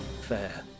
fair